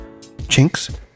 chinks